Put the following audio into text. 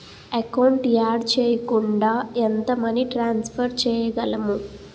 Account add చేయకుండా ఎంత money transfer చేయగలము?